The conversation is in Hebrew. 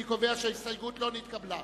אני קובע שההסתייגות לא התקבלה.